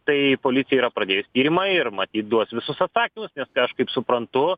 tai policija yra pradėjus tyrimą ir matyt duos visus atsakymus nes kai aš kaip suprantu